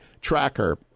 tracker